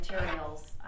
materials